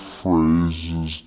phrases